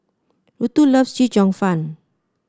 Rutha loves Chee Cheong Fun